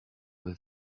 were